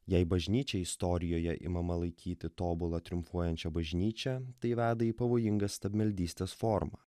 jei bažnyčia istorijoje imama laikyti tobula triumfuojančia bažnyčia tai veda į pavojingą stabmeldystės formą